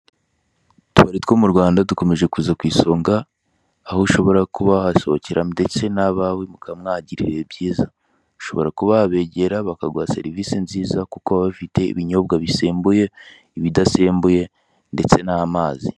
Utubari two mu Rwanda dukomeje kuza kwisonga aho ushobora kuba wasohokera ndetse n'abawe mukaba mwagira ibihe byiza ushobora kuba wabegera bakaguha serivise nziza kuko baba bafite ibinyobwa bisembuye ibidasembuye ndetse n'amazi.